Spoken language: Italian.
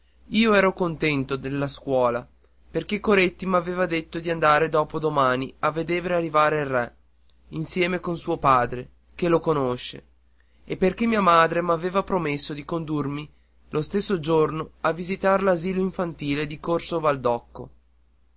io ero contento nella scuola perché coretti m'aveva detto d'andar dopo domani a veder arrivare il re insieme con suo padre che lo conosce e perché mia madre m'avea promesso di condurmi lo stesso giorno a visitar l'asilo infantile di corso valdocco